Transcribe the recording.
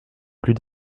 plus